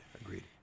Agreed